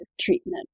treatment